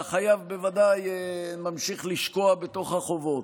והחייב בוודאי ממשיך לשקוע בתוך החובות.